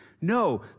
No